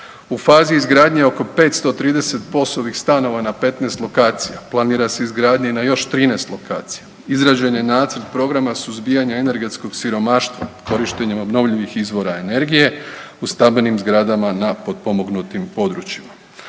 U fazi izgradnje je oko 530 POS-ovih stanova na 15 lokacija. Planira se izgradnja i na još 13 lokacija. Izrađen je Nacrt programa suzbijanja energetskog siromaštva korištenjem obnovljivim izvorima energije u stambenim zgradama na potpomognutim područjima.